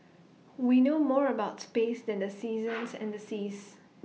we know more about space than the seasons and the seas